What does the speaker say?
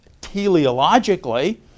teleologically